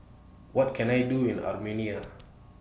What Can I Do in Armenia